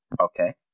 Okay